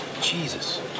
Jesus